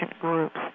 groups